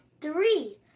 three